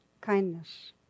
Kindness